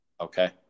Okay